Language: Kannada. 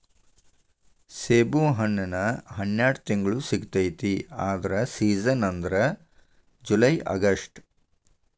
ಸೇಬುಹಣ್ಣಿನ ಹನ್ಯಾಡ ತಿಂಗ್ಳು ಸಿಗತೈತಿ ಆದ್ರ ಸೇಜನ್ ಅಂದ್ರ ಜುಲೈ ಅಗಸ್ಟ